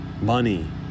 money